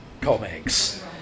comics